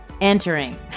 entering